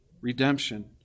redemption